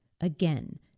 Again